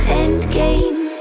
endgame